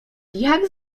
jak